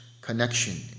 connection